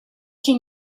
can